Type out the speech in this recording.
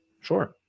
Sure